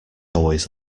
always